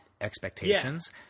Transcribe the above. expectations